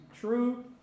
true